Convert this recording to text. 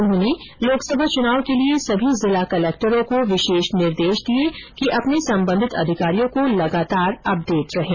उन्होंने लोकसभा चुनाव के लिए सभी जिला कलेक्टर्स को विशेष निर्देश दिए कि अपने संबंधित अधिकारियों को लगातार अपडेट रखें